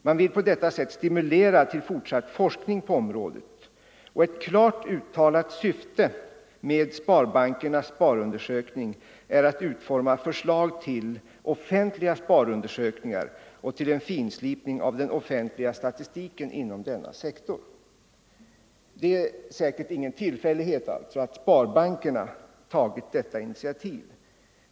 Man vill på detta sätt stimulera till fortsatt forskning på området, och ett klart uttalat syfte med sparbankernas sparundersökning är att utforma förslag till framtida offentliga sparundersökningar och till en finslipning av den offentliga statistiken inom denna sektor. Det är säkert ingen tillfällighet att sparbankerna tagit detta initiativ.